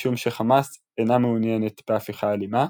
משום שחמאס אינה מעוניינת בהפיכה אלימה,